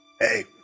Hey